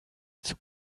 zum